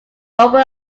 upper